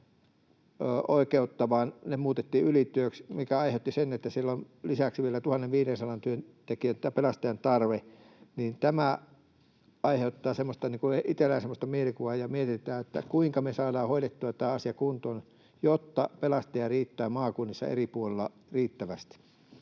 oikeutta, vaan ne muutettiin ylityöksi, aiheutti sen, että siellä on lisäksi vielä 1 500 pelastajan tarve. Tämä aiheuttaa itselleni sellaista mielikuvaa ja mietityttää, kuinka me saadaan hoidettua tämä asia kuntoon, jotta pelastajia riittää maakunnissa eri puolilla riittävästi.